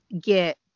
get